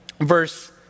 verse